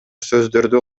сөздөрдү